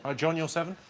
ah john your seven?